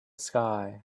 sky